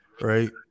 right